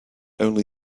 only